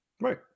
Right